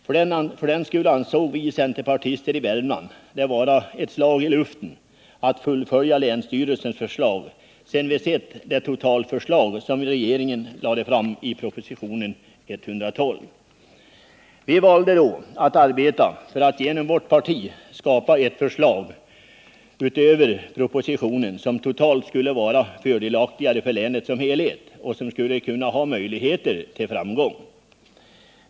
För den skull ansåg vi centerpartister i Värmland det vara ett slag i luften att fullfölja länsstyrelsens förslag, sedan vi sett det totalförslag som regeringen framlade i propositionen 112. Vi valde då att arbeta för att genom vårt parti skapa ett förslag utöver propositionen, vilket totalt skulle vara fördelaktigare för länet som helhet och som skulle kunna ha möjligheter till framgång.